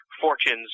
fortunes